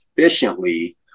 efficiently